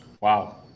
Wow